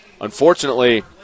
Unfortunately